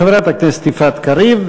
חברת הכנסת יפעת קריב,